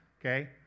okay